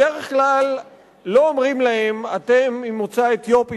בדרך כלל לא אומרים להם: אתם ממוצא אתיופי